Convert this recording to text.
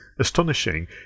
Astonishing